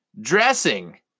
Dressing